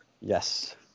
Yes